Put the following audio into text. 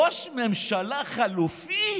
ראש ממשלה חלופי?